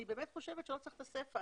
אני באמת חושבת שלא צריך את הסיפה.